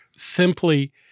simply